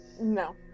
No